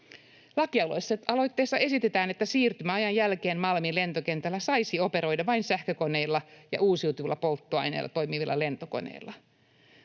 Lakialoitteessa esitetään, että siirtymäajan jälkeen Malmin lentokentällä saisi operoida vain sähkökoneilla ja uusiutuvilla polttoaineilla toimivilla lentokoneilla.